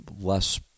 less